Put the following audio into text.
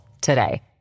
today